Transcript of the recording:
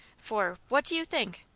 for what do you think?